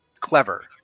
clever